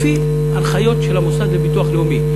לפי הנחיות של המוסד לביטוח לאומי.